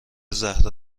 زهرا